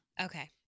Okay